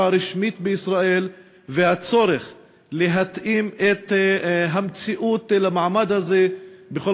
רשמית בישראל והצורך להתאים את המציאות למעמד הזה בכל